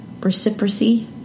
reciprocity